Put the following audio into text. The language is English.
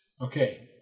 Okay